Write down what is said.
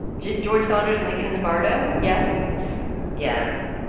george saunders lincoln in the bardo yes yes.